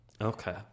Okay